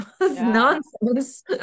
nonsense